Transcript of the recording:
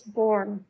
born